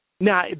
Now